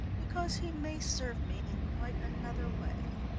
because he may serve me in quite another way.